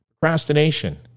Procrastination